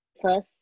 plus